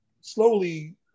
slowly –